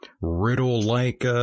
riddle-like